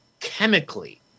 chemically